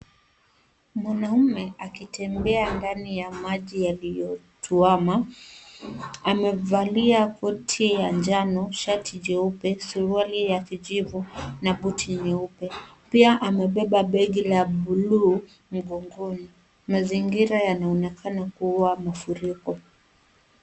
Mwanaume akitembea ndani ya maji yaliyotuama. Amevalia koti ya njano, shati jeupe, suruali ya kijivu na buti nyeupe. Pia amebeba begi la bluu mgongoni. Mazingira yanaonekana kuwa mafuriko.